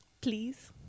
Please